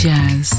Jazz